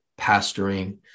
pastoring